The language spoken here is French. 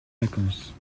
vacances